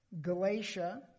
Galatia